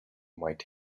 might